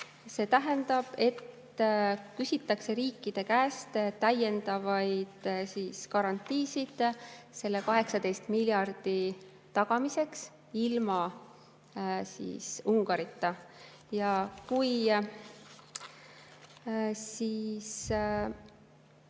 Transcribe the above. See tähendab, et küsitakse riikide käest täiendavaid garantiisid selle 18 miljardi tagamiseks ilma Ungarita.